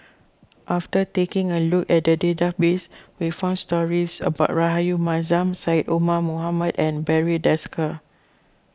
after taking a look at the database we found stories about Rahayu Mahzam Syed Omar Mohamed and Barry Desker